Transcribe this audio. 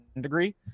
degree